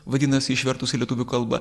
vadinasi išvertus į lietuvių kalbą